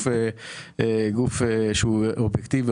גוף שהוא אובייקטיבי,